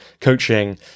coaching